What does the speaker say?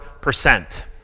percent